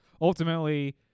ultimately